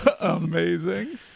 Amazing